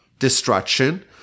destruction